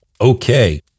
Okay